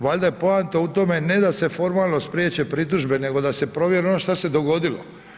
Valjda je poanta u tome ne da se formalno spriječe pritužbe nego da se provjeri ono šta se dogodilo.